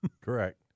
correct